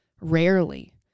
rarely